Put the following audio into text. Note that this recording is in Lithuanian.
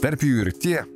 tarp jų ir tie